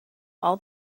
all